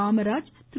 Kamaraj Thiru